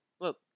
Look